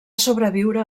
sobreviure